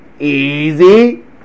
Easy